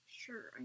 sure